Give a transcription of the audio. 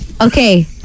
Okay